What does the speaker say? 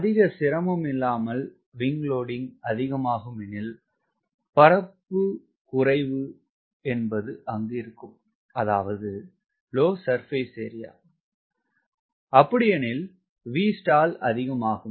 அதிக சிரமம் இல்லாமல் WS அதிகமாகும் எனில் பரப்பு குறைவு அதாவது Vstall அதிகம் அகும்